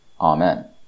Amen